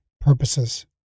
purposes